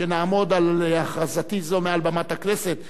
שנעמוד על הכרזתי זו מעל במת הכנסת,